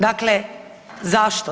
Dakle, zašto?